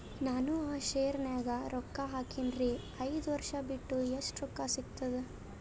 ನಾನು ಆ ಶೇರ ನ್ಯಾಗ ರೊಕ್ಕ ಹಾಕಿನ್ರಿ, ಐದ ವರ್ಷ ಬಿಟ್ಟು ಎಷ್ಟ ರೊಕ್ಕ ಸಿಗ್ತದ?